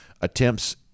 attempts